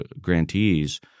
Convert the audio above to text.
grantees